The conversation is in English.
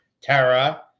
Tara